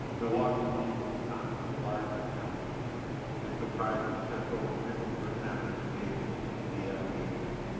milwaukee is also wisconsin's largest county and comprises just over fifty percent of the state's ccdf caseloads.